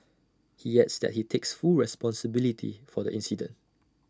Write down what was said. he adds that he takes full responsibility for the incident